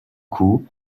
coup